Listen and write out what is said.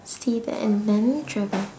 see the end then travel